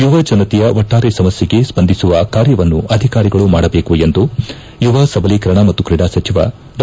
ಯುವ ಜನತೆಯ ಒಟ್ನಾರೆ ಸಮಸ್ಲೆಗೆ ಸ್ವಂಧಿಸುವ ಕಾರ್ಯವನ್ನು ಅಧಿಕಾರಿಗಳು ಮಾಡಬೇಕು ಎಂದು ಯುವ ಸಬಲೀಕರಣ ಮತ್ತು ಕೀಡಾ ಸಚಿವ ಡಾ